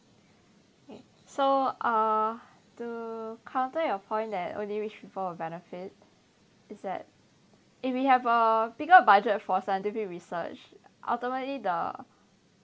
so uh to counter your point that only rich people will benefit is that if you have a bigger budget for scientific research ultimately the